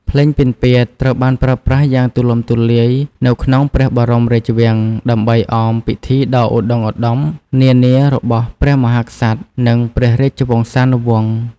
ភ្លេងពិណពាទ្យត្រូវបានប្រើប្រាស់យ៉ាងទូលំទូលាយនៅក្នុងព្រះបរមរាជវាំង ដើម្បីអមពិធីដ៏ឧត្ដុង្គឧត្ដមនានារបស់ព្រះមហាក្សត្រ និងព្រះរាជវង្សានុវង្ស។